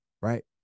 right